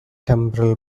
temporal